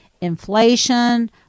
inflation